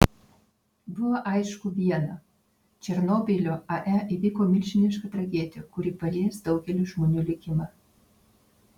buvo aišku viena černobylio ae įvyko milžiniška tragedija kuri palies daugelio žmonių likimą